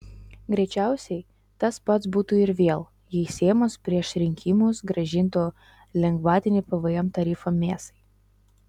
greičiausiai tas pats būtų ir vėl jei seimas prieš rinkimus grąžintų lengvatinį pvm tarifą mėsai